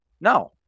no